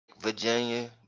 Virginia